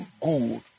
good